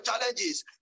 challenges